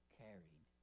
carried